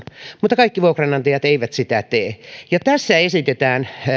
mutta kaikki vuokranantajat eivät sitä tee ja tässä esitetään